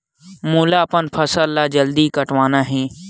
मोला अपन फसल ला जल्दी कटवाना हे?